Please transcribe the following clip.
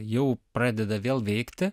jau pradeda vėl veikti